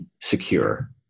secure